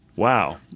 Wow